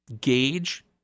gauge